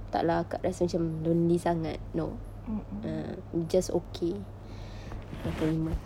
tak lah akak rasa macam lonely sangat no just okay yang kelima